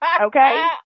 Okay